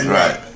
right